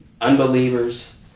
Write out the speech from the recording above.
unbelievers